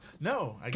no